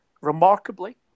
remarkably